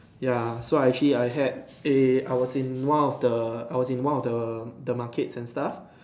ya so actually I had a I was in one of the I was in one of the the markets and stuff